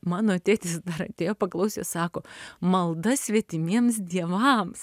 mano tėtis atėjo paklausė sako malda svetimiems dievams